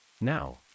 Now